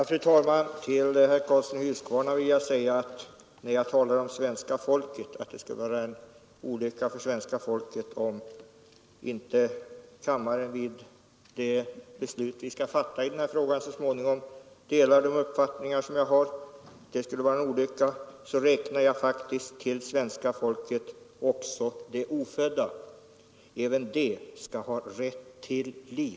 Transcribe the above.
Fru talman! När jag säger att det skulle vara en olycka för svenska folket, om kammaren vid det beslut vi så småningom går att fatta i denna fråga inte delar den uppfattning jag givit uttryck åt, räknar jag till svenska folket också de ofödda. Även dessa skall ha rätt till liv.